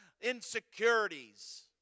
insecurities